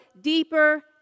deeper